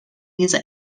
dieser